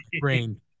brain